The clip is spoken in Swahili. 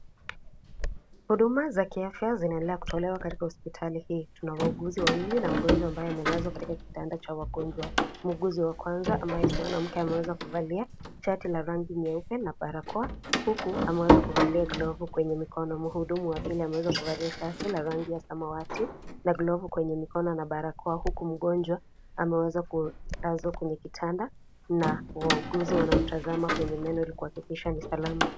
Huduma za kiafya zinaendelea kutolewa katika hospitali hii tuna wauguzi wawili na mgonjwa mmoja ambaye amelazwa katika kitanda cha wagonjwa, muuguzi wa kwanza ambaye ni mwanamke ameweza kuvalia shati la rangi nyeupe na barakoa huku ameweza kuvalia glavu kwenye mikono na muhudumu wa pili ameweza kuvalia shati la rangi ya samawati na glavu kwenye mikono ana barakoa huku mgonjwa amelazwa kwenye kitanda na wauguzi wanamtazama kwenye meno ilikuhakikisha ni salama.